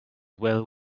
well